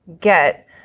get